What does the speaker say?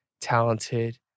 talented